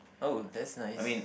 oh that's nice